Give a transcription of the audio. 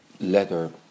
leather